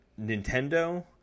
Nintendo